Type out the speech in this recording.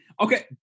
Okay